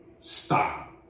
stop